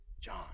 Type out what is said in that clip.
John